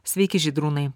sveiki žydrūnai